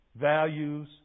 values